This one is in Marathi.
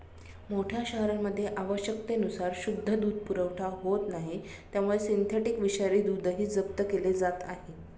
मोठ्या शहरांमध्ये आवश्यकतेनुसार शुद्ध दूध पुरवठा होत नाही त्यामुळे सिंथेटिक विषारी दूधही जप्त केले जात आहे